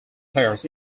players